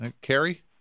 carrie